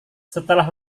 setelah